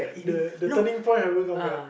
the the turning point haven't come yet